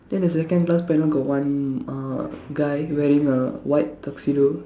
then the second glass panel got one uh guy wearing a white tuxedo